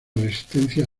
resistencia